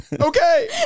Okay